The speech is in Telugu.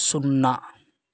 సున్నా